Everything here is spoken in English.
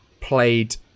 played